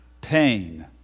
pain